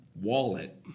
wallet